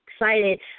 excited